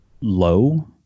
low